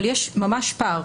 אבל יש ממש פער.